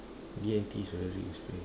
D and T is very useful